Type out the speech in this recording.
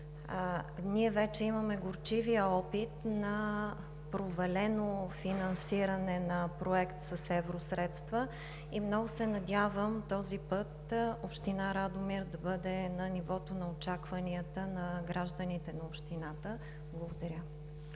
Вече имаме горчивия опит на провалено финансиране на проект с евросредства и много се надявам този път община Радомир да бъде на нивото на очакванията на гражданите на общината. Благодаря.